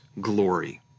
glory